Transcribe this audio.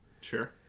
sure